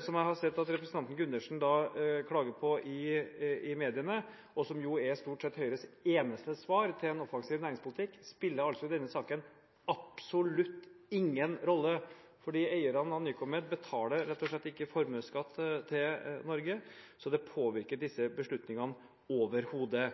som jeg har sett at representanten Gundersen klager på i mediene, og som stort sett er Høyres eneste svar for å få en offensiv næringspolitikk, spiller i denne saken absolutt ingen rolle, fordi eierne av Nycomed rett og slett ikke betaler formuesskatt til Norge, så det påvirker ikke disse beslutningene overhodet.